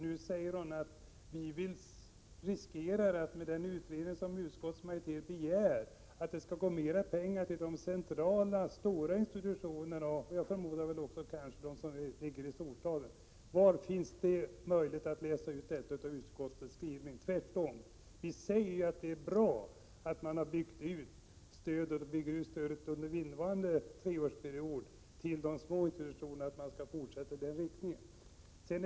Nu säger hon att vi genom utredningen som utskottets majoritet begär riskerar att det skall gå mera pengar till de stora centrala institutionerna, och förmodligen de som ligger i storstäderna. Var i utskottets skrivning finns det möjlighet att läsa ut detta? Vi säger att det är bra att man har byggt ut och innevarande treårsperiod bygger ut stödet till de små institutionerna och att man bör fortsätta i den riktningen.